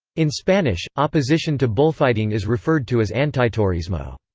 in spanish, opposition to bullfighting is referred to as antitaurismo.